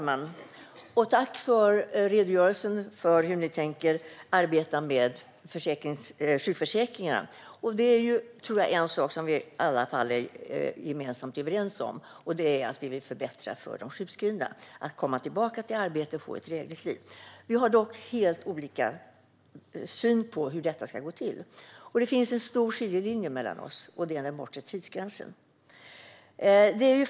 Herr talman! Tack för redogörelsen för hur ni tänker arbeta med sjukförsäkringarna. Det är i varje fall en sak som vi gemensamt är överens om. Det är att vi vill förbättra för de sjukskrivna att komma tillbaka i arbete och få ett drägligt liv. Vi har dock helt olika syn på hur det ska gå till. Det finns en stor skiljelinje mellan oss, och det är den bortre tidsgränsen.